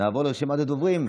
נעבור לרשימת הדוברים,